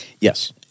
Yes